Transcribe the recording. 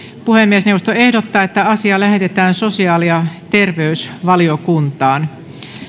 puhemiesneuvosto ehdottaa että asia lähetetään sosiaali ja terveysvaliokuntaan